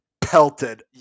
pelted